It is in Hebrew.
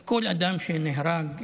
שכל אדם שנהרג,